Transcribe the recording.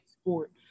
sport